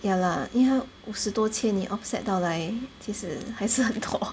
ya lah 因为它五十多千你 offset 到来其实还是很多